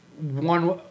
one